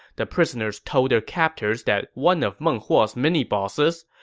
the prisoners told their captors that one of meng huo's mini-bosses,